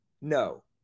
No